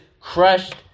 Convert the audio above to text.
crushed